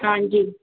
हां जी